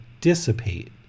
dissipate